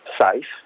safe